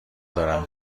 دارم